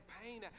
pain